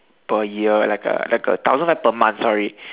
per year like a like a thousand five per month sorry